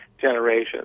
generation